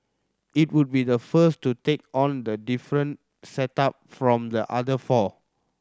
it will be the first to take on the different setup from the other four